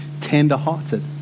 tender-hearted